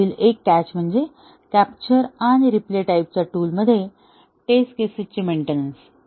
त्यातील एक कॅच म्हणजे कॅप्चर आणि रीप्ले टाईपच्या टूलमध्ये टेस्ट केसेस ची मेंटेनन्स